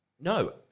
No